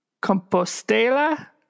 Compostela